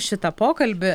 šitą pokalbį